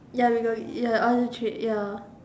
ya we got it ya all this trip ya